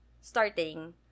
starting